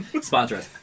Sponsor